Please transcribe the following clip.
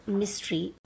mystery